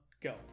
go